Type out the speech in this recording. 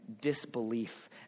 disbelief